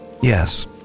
Yes